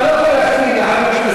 לסדר-היום?